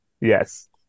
Yes